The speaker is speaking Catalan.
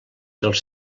dels